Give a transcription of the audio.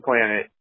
planet